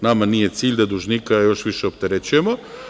Nama nije cilj da dužnika još više opterećujemo.